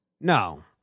No